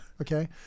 okay